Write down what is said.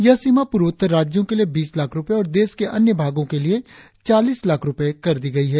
यह सीमा पूर्वोत्तर राज्यों के लिए बीस लाख रुपये और देश के अन्य भागों के लिए चालीस लाख रुपये कर दी गई है